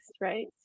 right